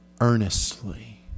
earnestly